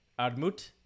Armut